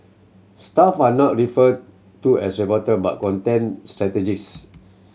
staff are not referred to as reporter but content strategists